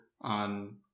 on